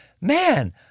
Man